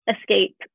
escape